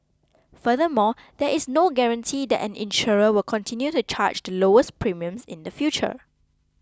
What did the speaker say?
furthermore there is no guarantee that an insurer will continue to charge the lowest premiums in the future